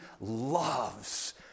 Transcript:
loves